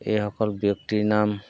এইসকল ব্যক্তিৰ নাম